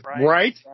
right